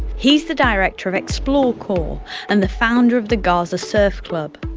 he's the director of explore corps and the founder of the gaza surf club.